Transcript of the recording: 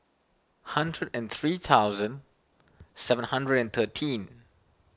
hundred and three thousand seven hundred and thirteen